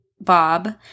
bob